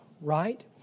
right